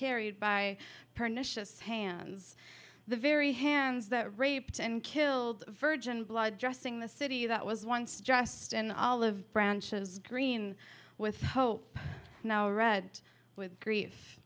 carried by pernicious hands the very hands that raped and killed a virgin blood dressing the city that was once dressed in olive branches green with hope now red with grief